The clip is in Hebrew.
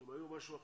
הם היו משהו אחר.